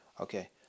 Okay